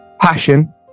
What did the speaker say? passion